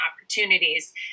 opportunities